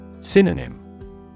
Synonym